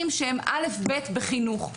על גב התלמידים, לממן דברים שהם א'-ב' בחינוך.